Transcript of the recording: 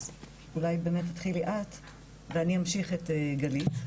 אולי באמת תתחילי את ואני אמשיך את גלית.